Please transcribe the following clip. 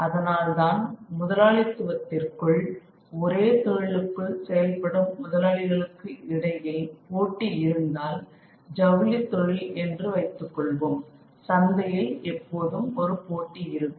அதனால்தான் முதலாளித்துவத்திற்குள் ஒரே தொழிலுக்குள் செயல்படும் முதலாளிகளுக்கு இடையில் போட்டி இருந்தால் ஜவுளித் தொழில் என்று வைத்துக்கொள்வோம் சந்தையில் எப்போதும் ஒரு போட்டி இருக்கும்